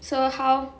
so how